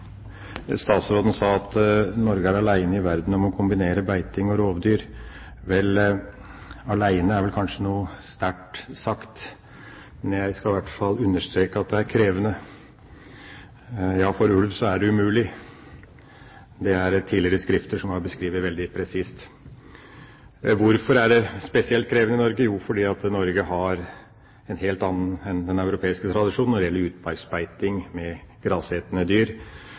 aleine i verden om å kombinere beiting og rovdyr. Aleine er vel kanskje noe sterkt sagt, men jeg skal i hvert fall understreke at det er krevende – ja, for ulv er det umulig. Det er tidligere skrifter som har beskrevet dette veldig presist. Hvorfor er det spesielt krevende i Norge? Jo, fordi Norge har en helt annen tradisjon enn den europeiske når det gjelder utmarksbeiting med grasetende dyr.